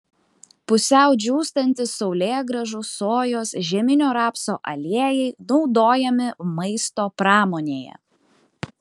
pusiau džiūstantys saulėgrąžų sojos žieminio rapso aliejai naudojami maisto pramonėje